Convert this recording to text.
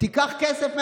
תיקח כסף מהעשירים,